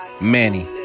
Manny